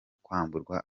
kwambura